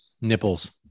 Nipples